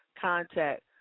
contact